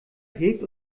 hebt